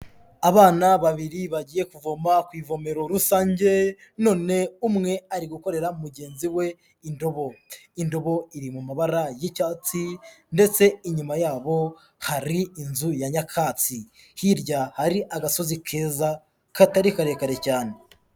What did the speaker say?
Abana babiri bagiye kuvoma ku ivomero rusange none umwe ari gukorera mugenzi we indobo, indobo iri mu mabara y'icyatsi ndetse inyuma yabo hari inzu ya nyakatsi, hirya hari agasozi keza katari karekare cyane.